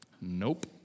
Nope